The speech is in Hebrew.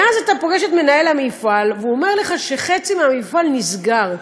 ואז אתה פוגש את מנהל המפעל הוא אומר לך שחצי מהמפעל נסגר,